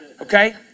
Okay